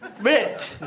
Rich